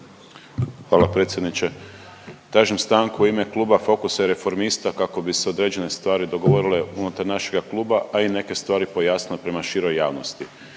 Hvala predsjedniče. Tražim stanku u ime Kluba Fokusa i Reformista kako bi se određene stvari dogovorile unutar našega kluba, a i neke stvari pojasnile prema široj javnosti.